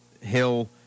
Hill